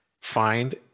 find